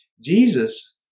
Jesus